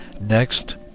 next